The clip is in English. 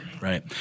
Right